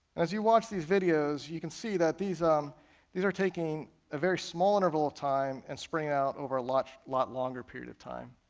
as you watch these videos, you can see that these um these are taking a very small interval of time, and spread out over a lot longer period of time.